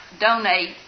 donate